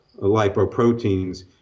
lipoproteins